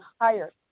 higher